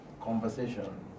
conversation